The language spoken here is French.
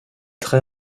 très